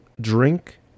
Drink